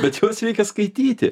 bet juos reikia skaityti